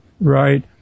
right